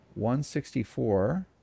164